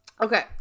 Okay